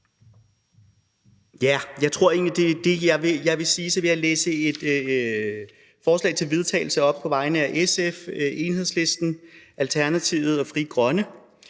Jeg tror egentlig, det er det, jeg vil sige, og så vil jeg læse et forslag til vedtagelse op på vegne af SF, Enhedslisten, Alternativet og Frie Grønne: